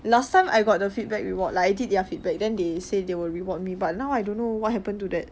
last time I got the feedback reward like I did their feedback then they said they will reward me but now I don't know what happened to that